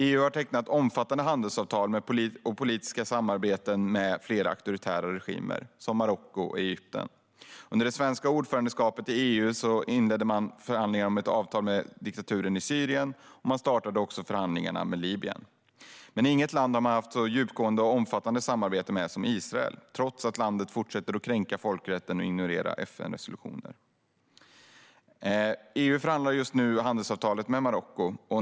EU har tecknat omfattande handelsavtal om politiskt samarbete med flera auktoritära regimer såsom Marocko och Egypten. Under det svenska ordförandeskapet i EU inledde man förhandlingar om ett avtal med diktaturen i Syrien. Man inledde också förhandlingar med Libyen. Men inget land har man haft så djupgående och omfattande samarbete med som Israel, trots att landet fortsätter att kränka folkrätten och ignorera FN:s resolutioner. EU förhandlar just nu ett handelsavtal med Marocko.